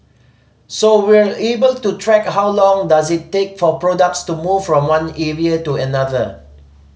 so we're able to track how long does it take for products to move from one area to another